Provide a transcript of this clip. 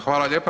Hvala lijepa.